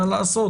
מה לעשות,